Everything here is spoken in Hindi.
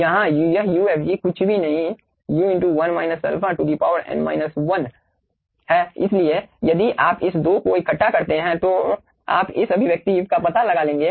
यहाँ यह ufg कुछ भी नहीं u∞1 α n 1 है इसलिए यदि आप इस 2 को इकट्ठा करते हैं तो आप इस अभिव्यक्ति का पता लगा लेंगे